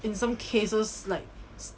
in some cases like